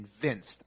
convinced